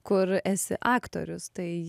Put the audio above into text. kur esi aktorius tai